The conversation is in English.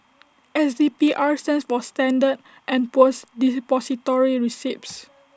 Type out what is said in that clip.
S P D R stands for standard and Poor's Depository receipts